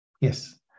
Yes